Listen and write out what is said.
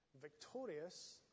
victorious